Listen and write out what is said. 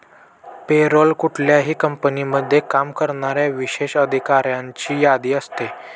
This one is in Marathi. पे रोल कुठल्याही कंपनीमध्ये काम करणाऱ्या विशेष अधिकाऱ्यांची यादी असते